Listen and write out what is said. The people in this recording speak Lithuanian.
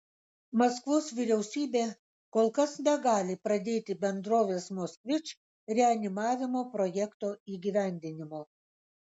maskvos vyriausybė kol kas negali pradėti bendrovės moskvič reanimavimo projekto įgyvendinimo